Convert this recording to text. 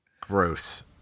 Gross